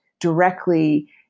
directly